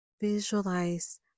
visualize